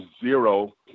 zero